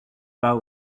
bas